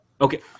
Okay